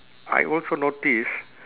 I also notice